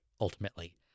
ultimately